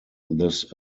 this